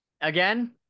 Again